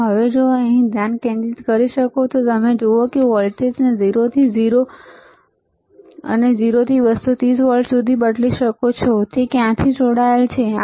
તો હવે જો તમે અહીં ધ્યાન કેન્દ્રિત કરી શકો તો તમે જુઓ તમે વોલ્ટેજને 0 થી 0 થી 230 વોલ્ટ સુધી બદલી શકો છો તે ક્યાંથી જોડાયેલ છે